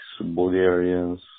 Bulgarians